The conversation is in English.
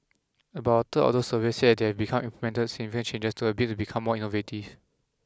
about a third of those surveyed said that they had become implemented significant changes to a bid to become more innovative